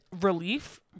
relief